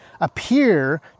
appear